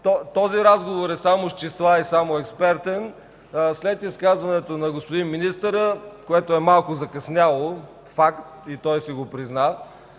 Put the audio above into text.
този разговор е само с числа и само експертен, след изказването на господин министъра, което е малко закъсняло – факт, а и той си го призна